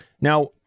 Now